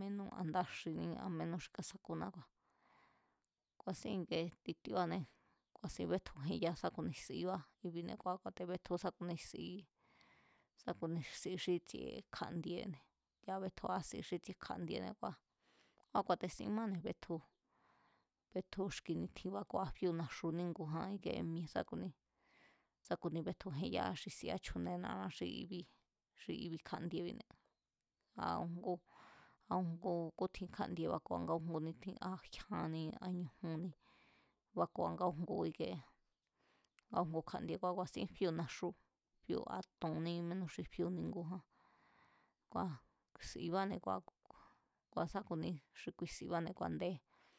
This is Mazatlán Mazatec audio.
mínú a ndaáxiní mínu̱ xi kásakúná kua̱ ku̱a̱sín ikie titíóane. Ku̱a̱sin bétju jeya sá ku̱ni sibá i̱bi̱ne̱, ku̱a̱á te̱ betju sá ku̱ni si sá ku̱ni si xí tsi̱e̱ kja̱'ndiene̱ ya̱ betjua si xí tsi̱e̱ kja̱'ndiene̱ kua̱, kua̱ ku̱a̱te̱sin máne̱ betju, betju xki̱ nitjin fíu̱ naxu níngu̱jan íkie mi̱e̱ sá ku̱ni sá ku̱ni betju jeyaa̱ si sia chju̱nena̱ná xi i̱bi̱, xi i̱bi̱ kja̱ndiebi̱, a̱ újngú a̱ újngu kútjin kjandie baku̱a nga újngu nítjin a jyánní a ñujúnní bakua̱ nga újngu íkee nga újngu kjá'ndie ngua̱ ku̱a̱sín fíu̱ naxú, fíu̱ a to̱nní mínú xi fíu̱ ni̱ngu̱ján. Sibane̱ kua̱ sá ku̱ni xi sibane̱ ku a̱ndé